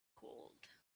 cold